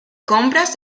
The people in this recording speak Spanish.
compras